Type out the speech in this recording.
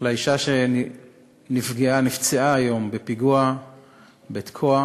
לאישה שנפגעה, נפצעה, היום בפיגוע בתקוע.